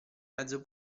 mezzo